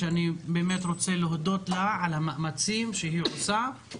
שאני באמת רוצה להודות לה על המאמצים שהיא עושה,